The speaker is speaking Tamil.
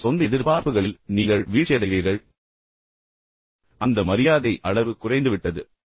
உங்கள் சொந்த எதிர்பார்ப்புகளில் நீங்கள் வீழ்ச்சியடைகிறீர்கள் அந்த மரியாதை அளவு குறைந்துவிட்டது